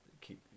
keep